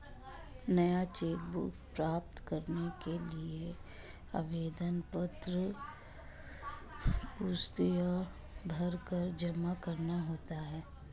नया cheque book प्राप्त करने के लिए आवेदन पत्र पूर्णतया भरकर जमा करना होता है